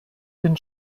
den